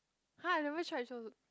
!huh! I never tried 臭豆